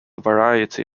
variety